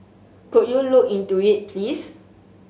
could you look into it please